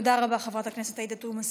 תודה רבה, חברת הכנסת עאידה תומא סלימאן.